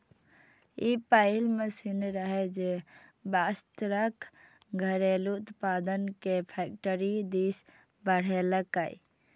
ई पहिल मशीन रहै, जे वस्त्रक घरेलू उत्पादन कें फैक्टरी दिस बढ़ेलकै